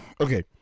Okay